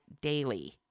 daily